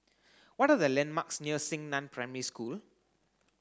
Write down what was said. what the landmarks near Xingnan Primary School